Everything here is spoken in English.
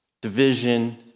division